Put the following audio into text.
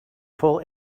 full